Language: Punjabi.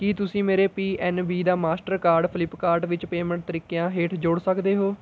ਕੀ ਤੁਸੀਂਂ ਮੇਰੇ ਪੀ ਐਨ ਬੀ ਦਾ ਮਾਸਟਰਕਾਰਡ ਫਲਿੱਪਕਾਰਟ ਵਿੱਚ ਪੇਮੈਂਟ ਤਰੀਕਿਆਂ ਹੇਠ ਜੋੜ ਸਕਦੇ ਹੋ